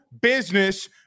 Business